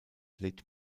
lädt